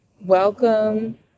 welcome